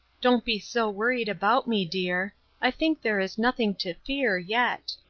don't be so worried about me, dear i think there is nothing to fear, yet.